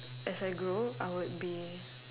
as I grow I would be